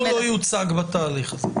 אבל הציבור לא יוצג בתהליך הזה.